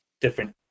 different